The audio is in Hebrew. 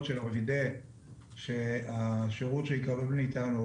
שלו ווידא שהשירות שהם יקבלו מאיתנו,